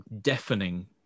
deafening